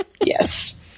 Yes